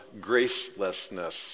gracelessness